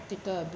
practical